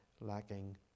lacking